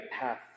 path